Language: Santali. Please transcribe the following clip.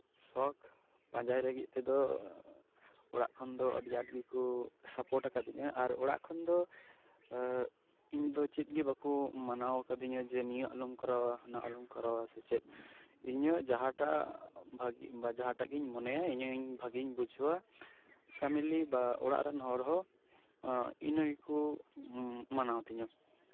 ᱥᱚᱠᱷ ᱯᱟᱸᱡᱟᱭ ᱞᱟᱹᱜᱤᱫ ᱛᱮᱫᱚ ᱚᱲᱟᱜ ᱠᱷᱚᱱ ᱫᱚ ᱟᱹᱰᱤ ᱟᱸᱴ ᱜᱮᱠᱚ ᱥᱟᱯᱳᱨᱴ ᱟᱠᱟᱫᱟᱫᱤᱧᱟ ᱟᱨ ᱚᱲᱟᱜ ᱠᱷᱚᱱ ᱫᱚ ᱤᱧ ᱫᱚ ᱪᱮᱫ ᱜᱮ ᱵᱟᱠᱚ ᱵᱟᱨᱚᱱ ᱠᱟᱫᱤᱧᱟ ᱡᱮ ᱱᱤᱭᱟᱹ ᱟᱞᱚᱢ ᱠᱚᱨᱟᱣᱟ ᱦᱟᱱᱟ ᱟᱞᱚᱢ ᱠᱚᱨᱟᱣᱟ ᱥᱮ ᱪᱮᱫ ᱤᱧᱟᱹᱜ ᱡᱟᱸᱦᱟᱴᱟᱜ ᱵᱷᱟᱹᱜᱤ ᱡᱟᱸᱦᱟᱴᱟᱜ ᱜᱤᱧ ᱢᱚᱱᱮᱭᱟ ᱯᱷᱮᱢᱮᱞᱤ ᱵᱟ ᱚᱲᱟᱜ ᱨᱮᱱ ᱦᱚᱲ ᱦᱚᱸ ᱤᱱᱟᱹ ᱜᱮᱠᱚ ᱢᱟᱱᱟ ᱛᱧᱟᱹ